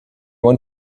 want